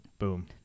Boom